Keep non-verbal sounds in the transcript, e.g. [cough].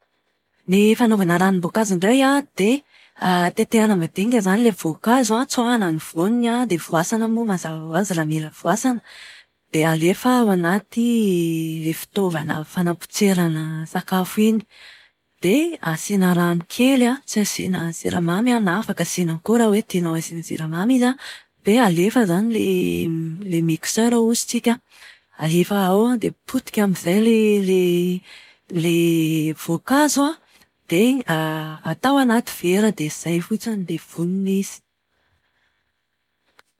Ny fanaovana ranom-boankazo indray an, dia tetehana madinika izany ilay voankazo an, tsoahina ny voaniny dia voasana moa mazava ho azy raha mila voasana. Dia alefa ao anaty ilay fitaovana fanapotserana sakafo iny. Dia asiana rano kely an, tsy asiana siramamy na afaka asiana koa raha hoe tianao asiana siramamy izy an, dia alefa izany ilay miksera hozy tsika. Alea ao dia potika amin'izay ilay ilay ilay voankazo an. Dia [hesitation] atao anaty vera vera dia izay fotsiny dia vonona izy.